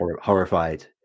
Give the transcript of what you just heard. horrified